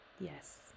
Yes